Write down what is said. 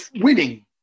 winning